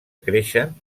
creixen